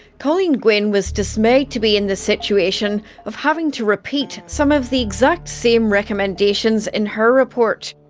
colleen gwynne was dismayed to be in the situation of having to repeat some of the exact same recommendations in her report.